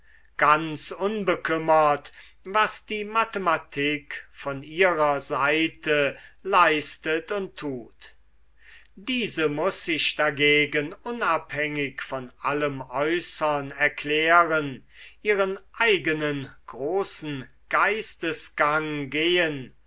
ganz unbekümmert was die mathematik von ihrer seite leistet und tut diese muß sich dagegen unabhängig von allem äußern erklären ihren eigenen großen geistesgang gehen